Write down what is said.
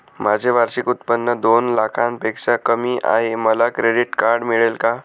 माझे वार्षिक उत्त्पन्न दोन लाखांपेक्षा कमी आहे, मला क्रेडिट कार्ड मिळेल का?